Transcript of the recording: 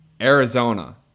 Arizona